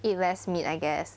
eat less meat I guess